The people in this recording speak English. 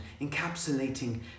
encapsulating